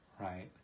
right